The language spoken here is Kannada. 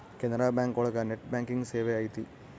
ಕೆನರಾ ಬ್ಯಾಂಕ್ ಒಳಗ ನೆಟ್ ಬ್ಯಾಂಕಿಂಗ್ ಸೇವೆ ಐತಿ